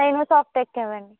cyano సాఫ్టెక్ ఇవ్వండి